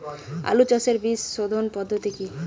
আলু চাষের বীজ সোধনের পদ্ধতি কি?